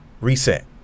reset